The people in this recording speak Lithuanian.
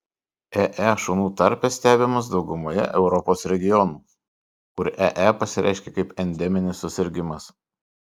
ee šunų tarpe stebimas daugumoje europos regionų kur ee pasireiškia kaip endeminis susirgimas